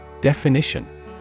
Definition